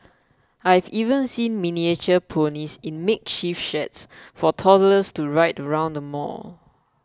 I've even seen miniature ponies in makeshift sheds for toddlers to ride around the mall